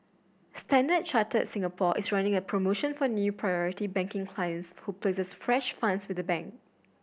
Standard Chartered Singapore is running a promotion for new Priority Banking clients who places fresh funds with the bank